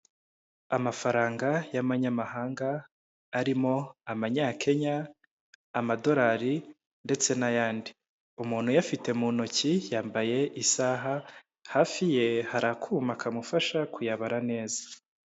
Amafaranga y'amanyamahanga arimo amanyakenya, amadolari ndetse n'ayandi. Umuntu uyafite mu ntoki yambaye isaha, hafi ye hari akuma kamufasha kuyabara neza.